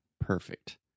Perfect